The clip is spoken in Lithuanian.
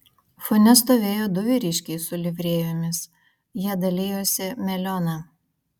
fone stovėjo du vyriškiai su livrėjomis jie dalijosi melioną